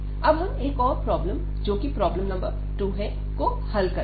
अब हम एक और प्रॉब्लम जोकि प्रॉब्लम नंबर 2 है को हल करेंगे